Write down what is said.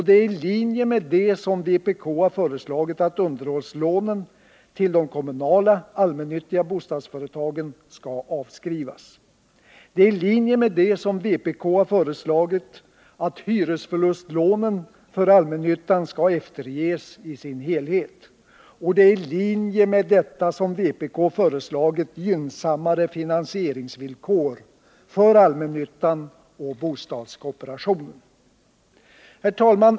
Det är i linje med det som vpk har föreslagit att underhållslånen till de kommunala allmännyttiga bostadsföretagen skall avskrivas. Det är i linje med det som vpk har föreslagit att hyresförlustlånen för allmännyttan skall efterges i sin helhet. Och det är i linje med det som vpk har föreslagit gynnsammare finansieringsvillkor för allmännyttan och bostadskooperationen. Herr talman!